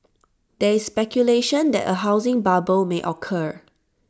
there is speculation that A housing bubble may occur